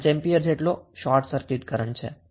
5 ampere જેટલો short circuit current છે